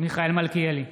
מיכאל מלכיאלי,